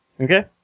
Okay